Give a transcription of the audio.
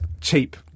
cheap